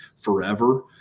forever